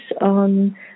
on